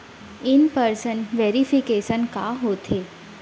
In person verification का होथे?